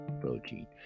protein